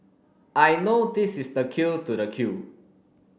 I know this is the queue to the queue